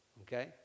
Okay